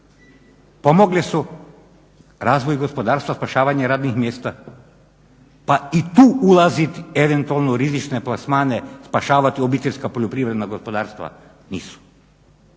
Pomogle su razvoju gospodarstva, spašavanje radnih mjesta pa i tu ulazit eventualno u rizične plasmane, spašavati OPG-e? Nisu. I sad plačemo nad